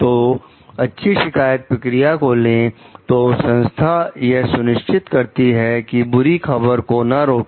तो अच्छी शिकायत प्रक्रिया को ले तो संस्थाएं यह सुनिश्चित करती हैं की बुरी खबर को ना रोके